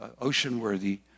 ocean-worthy